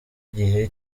gihe